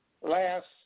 Last